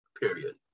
Period